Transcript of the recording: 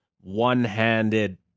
one-handed